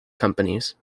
companies